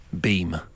beam